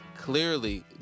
clearly